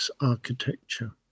Architecture